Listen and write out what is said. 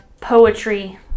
poetry